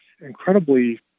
incredibly